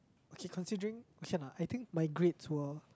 okay considering okay lah I think my grades were